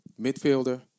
Midfielder